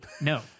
No